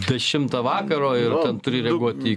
dešimtą vakaro ir ten turi reaguot į